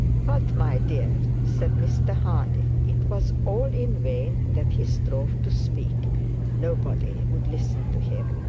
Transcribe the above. but, my dear said mr harding. it was all in vain that he strove to speak nobody would listen to him.